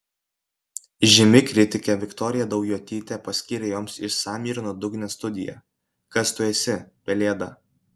žymi kritikė viktorija daujotytė paskyrė joms išsamią ir nuodugnią studiją kas tu esi pelėda